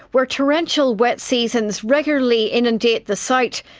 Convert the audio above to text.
where torrential wet seasons regularly inundate the site,